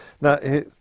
Now